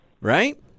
right